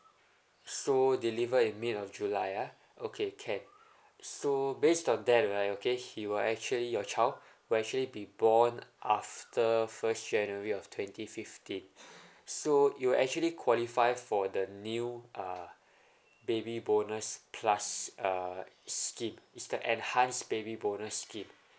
so deliver in mid of july ah okay can so based on that right okay he will actually your child will actually be born after first january of twenty fifteen so you actually qualify for the new uh baby bonus plus uh scheme it's the enhanced baby bonus scheme